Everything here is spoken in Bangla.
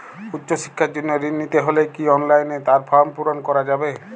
উচ্চশিক্ষার জন্য ঋণ নিতে হলে কি অনলাইনে তার ফর্ম পূরণ করা যাবে?